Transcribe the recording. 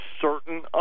certain